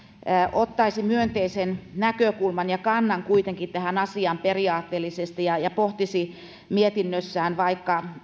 ottaisi myönteisen näkökulman ja kannan kuitenkin tähän asiaan periaatteellisesti ja ja pohtisi mietinnössään vaikka